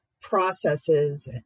processes